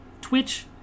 Twitch